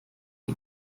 ihm